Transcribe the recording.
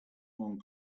one